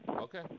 Okay